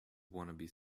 wannabe